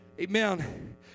Amen